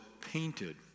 painted